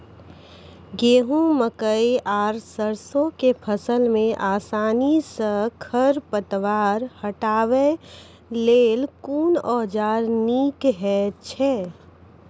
गेहूँ, मकई आर सरसो के फसल मे आसानी सॅ खर पतवार हटावै लेल कून औजार नीक है छै?